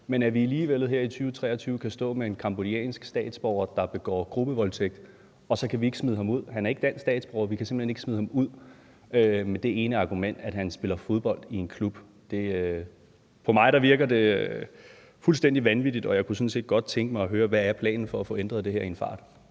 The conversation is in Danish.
men at vi alligevel her i 2023 kan stå med en cambodiansk statsborger, der begår gruppevoldtægt, og så kan vi ikke smide ham ud? Han er ikke dansk statsborger, men vi kan simpelt hen ikke smide ham ud på grund af det ene argument, at han spiller fodbold i en klub. På mig virker det fuldstændig vanvittigt, og jeg kunne sådan set godt tænke mig at høre, hvad planen er for at få det her ændret i en fart.